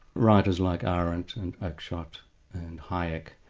writers like arendt and oakeshott and hayek.